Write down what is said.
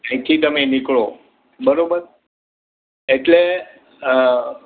અહીંથી તમે નીકળો બરાબર એટલે અ